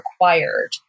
required